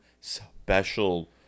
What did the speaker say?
special